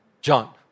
John